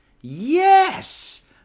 yes